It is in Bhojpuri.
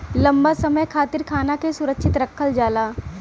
लंबा समय खातिर खाना के सुरक्षित रखल जाला